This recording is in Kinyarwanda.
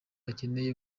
akeneye